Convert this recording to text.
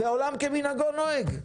ועולם כמנהגו נוהג?